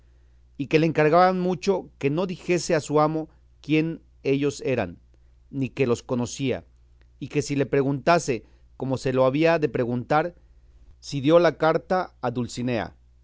y que le encargaban mucho que no dijese a su amo quien ellos eran ni que los conocía y que si le preguntase como se lo había de preguntar si dio la carta a dulcinea